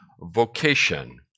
vocation